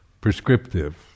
prescriptive